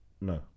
no